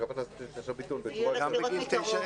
עד גיל שנה,